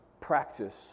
practice